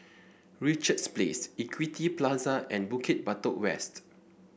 Richards Place Equity Plaza and Bukit Batok West